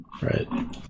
Right